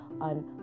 on